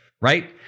right